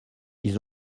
ils